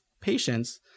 patients